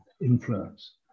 influence